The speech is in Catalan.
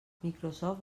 microsoft